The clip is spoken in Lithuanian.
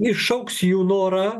iššauks jų norą